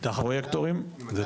לא, זה